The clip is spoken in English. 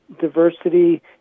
diversity